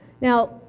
Now